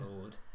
lord